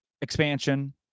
expansion